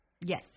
Yes